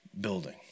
building